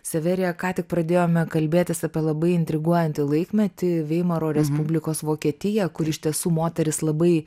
severija ką tik pradėjome kalbėtis apie labai intriguojantį laikmetį veimaro respublikos vokietiją kur iš tiesų moterys labai